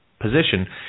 position